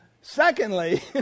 Secondly